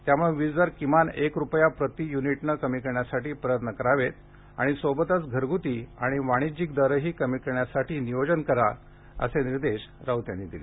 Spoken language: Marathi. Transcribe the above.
त्यामुळे वीजदर किमान एक रुपया प्रति यूनिटनं कमी करण्यासाठी प्रयत्न करावे आणि सोबतच घरग्ती आणि वाणिज्यिक दरही कमी करण्यासाठी नियोजन करा असे निर्देश डॉक्टर राऊत यांनी यावेळी दिले